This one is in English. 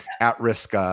at-risk